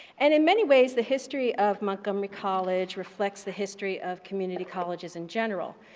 and in many ways the history of montgomery college reflects the history of community colleges in general.